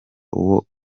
uwo